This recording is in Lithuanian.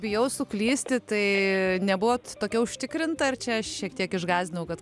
bijau suklysti tai nebuvot tokia užtikrinta ar čia šiek tiek išgąsdinau kad